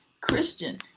Christian